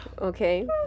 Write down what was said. okay